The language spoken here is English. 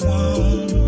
one